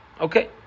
Okay